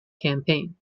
campaign